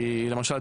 למשל,